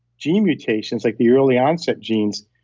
gene mutations like the early onset genes,